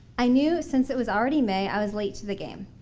i knew since it was already may, i was late to the game.